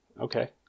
Okay